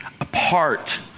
apart